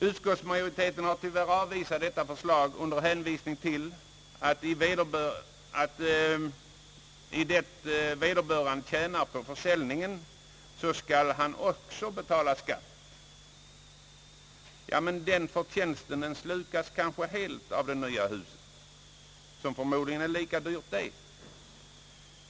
Utskottet har tyvärr avstyrkt detta förslag och anfört att om vederbörande tjänar på försäljningen, skall han också betala skatt. Ja, men den förtjänsten slukas kanske helt av det nya huset som förmodligen är minst lika dyrt.